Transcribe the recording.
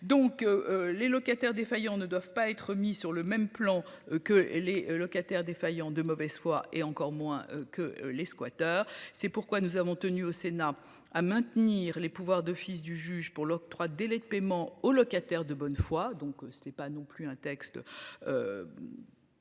Donc les locataires défaillants ne doivent pas être mis sur le même plan que les locataires défaillants de mauvaise foi et encore moins que les squatteurs. C'est pourquoi nous avons tenu au Sénat à maintenir les pouvoirs d'office du juge pour l'octroi de délais de paiement aux locataires de bonne foi, donc ce n'est pas non plus un texte.